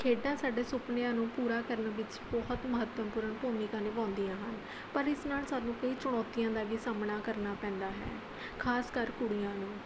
ਖੇਡਾਂ ਸਾਡੇ ਸੁਪਨਿਆਂ ਨੂੰ ਪੂਰਾ ਕਰਨ ਵਿੱਚ ਬਹੁਤ ਮਹੱਤਵਪੂਰਨ ਭੂਮਿਕਾ ਨਿਭਾਉਂਦੀਆਂ ਹਨ ਪਰ ਇਸ ਨਾਲ ਸਾਨੂੰ ਕਈ ਚੁਣੌਤੀਆਂ ਦਾ ਵੀ ਸਾਹਮਣਾ ਕਰਨਾ ਪੈਂਦਾ ਹੈ ਖਾਸ ਕਰ ਕੁੜੀਆਂ ਨੂੰ